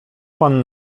pan